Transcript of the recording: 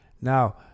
Now